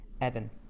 Evan